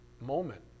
moment